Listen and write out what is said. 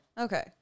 Okay